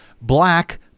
black